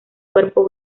cuerpo